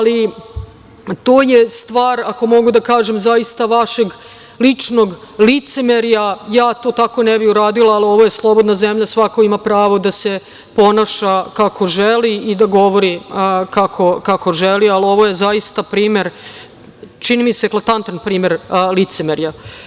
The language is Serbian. To je stvar, ako mogu da kažem, zaista vašeg ličnog licemerja, ja to tako ne bi uradila, ali ovo je slobodna zemlja i svako ima pravo da se ponaša kako želi i da govori kako želi, ali ovo je zaista primer, čini mi se, eklatantan primer licemerja.